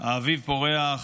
האביב פורח,